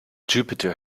jupiter